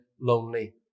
lonely